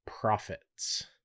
profits